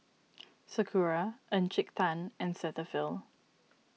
Sakura Encik Tan and Cetaphil